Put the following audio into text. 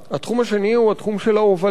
התחום השני הוא התחום של ההובלה.